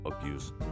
abuse